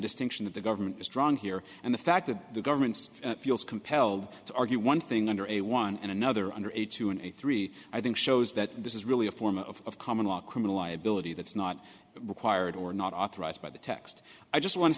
distinction that the government has drawn here and the fact that the government's feels compelled to argue one thing under a one and another under a two and a three i think shows that this is really a form of common law criminal liability that's not required or not authorized by the text i just want to